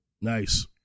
Nice